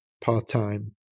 part-time